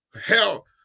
hell